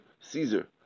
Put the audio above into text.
Caesar